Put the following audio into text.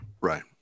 Right